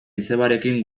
izebarekin